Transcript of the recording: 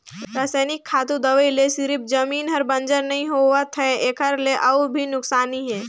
रसइनिक खातू, दवई ले सिरिफ जमीन हर बंजर नइ होवत है एखर ले अउ भी नुकसानी हे